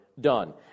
done